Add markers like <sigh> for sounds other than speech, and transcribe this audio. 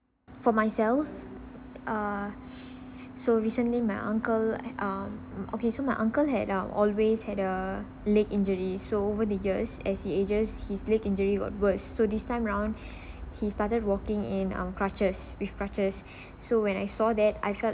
for myself err so recently my uncle um mm okay so my uncle had uh always had a leg injury so over the years as he ages his leg injury got worse so this time round <breath> he started walking in uh crutches with crutches <breath> so when I saw that I felt